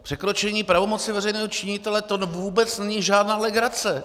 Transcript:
Překročení pravomoci veřejného činitele, to vůbec není žádná legrace.